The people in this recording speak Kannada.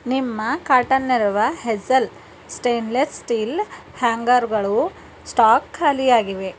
ನಿಮ್ಮ ಕಾರ್ಟನರುವ ಹೆಝಲ್ ಸ್ಟೈನ್ಲೆಸ್ ಸ್ಟೀಲ್ ಹ್ಯಾಂಗರುಗಳು ಸ್ಟಾಕ್ ಖಾಲಿಯಾಗಿವೆ